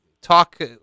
Talk